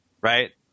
Right